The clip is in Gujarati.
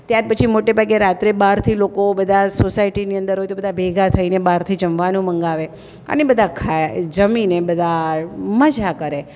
ત્યાર પછી મોટે ભાગે રાત્રે બહારથી લોકો બધા સોસાયટીની અંદર હોય તો બધા ભેગા થઈને બહારથી જમવાનું મંગાવે અને બધા ખાય જમીને બધા મજા કરે